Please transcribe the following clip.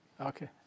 Okay